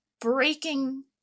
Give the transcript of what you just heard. breaking